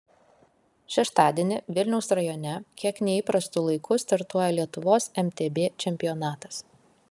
šeštadienį vilniaus rajone kiek neįprastu laiku startuoja lietuvos mtb čempionatas